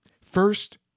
first